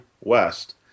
West